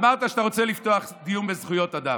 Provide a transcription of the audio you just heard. אמרת שאתה רוצה לפתוח דיון בזכויות אדם,